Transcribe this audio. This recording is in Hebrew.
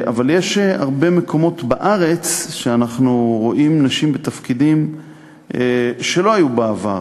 אבל יש הרבה מקומות בארץ שאנחנו רואים נשים בתפקידים שלא היו בעבר: